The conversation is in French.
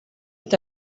est